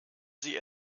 sie